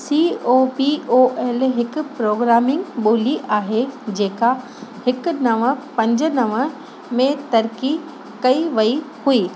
C O B O L हिकु programming ॿोली आहे जेका हिकु नवं पंज नवं में तरिख़ी कई वई हुई